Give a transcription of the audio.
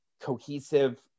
cohesive